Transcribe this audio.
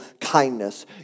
kindness